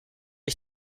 ich